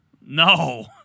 No